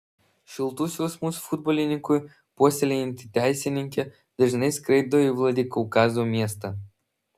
šiltus jausmus futbolininkui puoselėjanti teisininkė dažnai skraido į vladikaukazo miestą